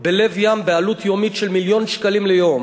בלב ים בעלות יומית של מיליון שקלים ליום